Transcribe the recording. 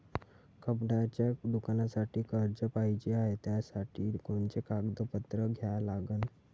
कपड्याच्या दुकानासाठी कर्ज पाहिजे हाय, त्यासाठी कोनचे कागदपत्र द्या लागन?